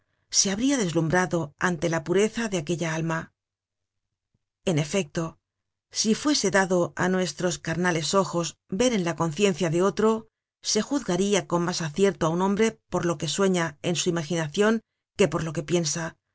se habria deslumbrado ante la pureza de aquella alma en efecto si fuese dado á nuestros carnales ojos ver en la conciencia de otro se juzgaria con mas acierto á un hombre por lo que sueña en su imaginacion que por lo que piensa